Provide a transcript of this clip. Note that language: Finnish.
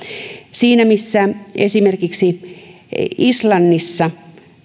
siinä missä esimerkiksi islannissa